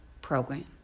program